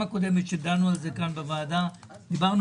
כאשר דנו על זה כאן בוועדה בפעם הקודמת דיברנו